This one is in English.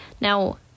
Now